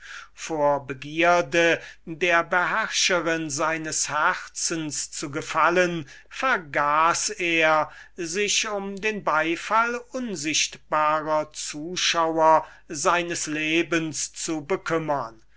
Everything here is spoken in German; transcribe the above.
vor begierde der beherrscherin seines herzens zu gefallen vergaß er sich um den beifall unsichtbarer zuschauer seines lebens zu bekümmern